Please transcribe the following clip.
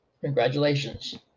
Congratulations